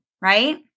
right